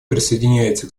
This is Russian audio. присоединяется